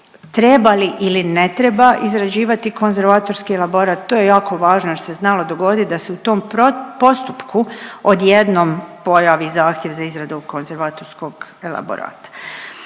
treba li ili ne treba izrađivati konzervatorski elaborat, to je jako važno jer se znalo dogoditi da se u tom postupku odjednom pojavi zahtjev za izradom konzervatorskog elaborata.